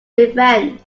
revenge